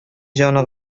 җаны